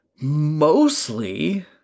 Mostly